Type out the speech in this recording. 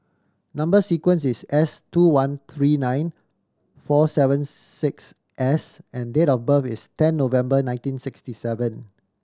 number sequence is S two one three nine four seven six S and date of birth is ten November nineteen sixty seven